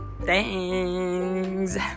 Thanks